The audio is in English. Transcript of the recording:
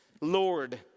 Lord